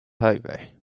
highway